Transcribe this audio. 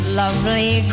lovely